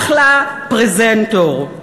אחלה פרזנטור,